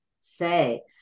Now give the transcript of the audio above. say